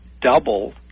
double